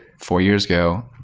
four years ago,